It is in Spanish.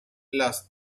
las